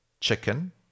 chicken